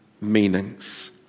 meanings